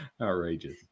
Outrageous